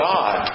God